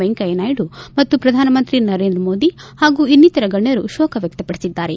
ವೆಂಕಯ್ಯ ನಾಯ್ಡು ಮತ್ತು ಪ್ರಧಾನಮಂತ್ರಿ ನರೇಂದ್ರ ಮೋದಿ ಹಾಗೂ ಇನ್ನಿತರ ಗಣ್ಯರು ಶೋಕ ವ್ಯಕ್ತಪಡಿಸಿದ್ದಾರೆ